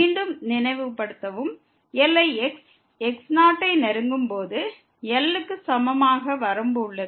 மீண்டும் நினைவுபடுத்தவும் எல்லை x x0 ஐ நெருங்கும் போது L க்கு சமமாக வரம்பு உள்ளது